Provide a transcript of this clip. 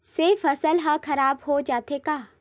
से फसल ह खराब हो जाथे का?